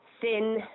thin